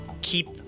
keep